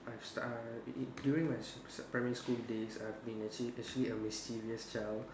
I've stu~ it it during my sch~ primary school days I've been actually actually a mischievous child